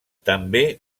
també